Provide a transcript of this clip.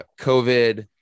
COVID